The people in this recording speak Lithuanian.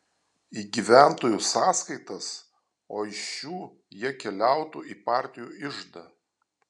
į gyventojų sąskaitas o iš šių jie keliautų į partijų iždą